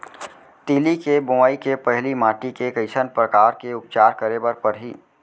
तिलि के बोआई के पहिली माटी के कइसन प्रकार के उपचार करे बर परही?